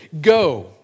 Go